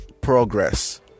progress